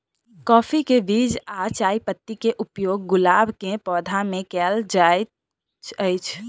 काफी केँ बीज आ चायपत्ती केँ उपयोग गुलाब केँ पौधा मे केल केल जाइत अछि?